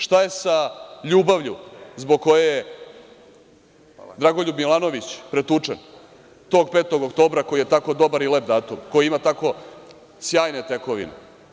Šta je sa ljubavlju zbog koje je Dragoljub Milanović pretučen tog 5. oktobra koji je tako dobar i lep datum, koji ima tako sjajne tekovine?